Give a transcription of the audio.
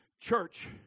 church